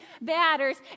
matters